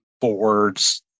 boards